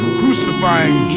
crucifying